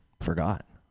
forgot